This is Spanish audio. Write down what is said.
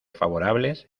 favorables